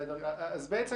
אם כך,